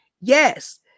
yes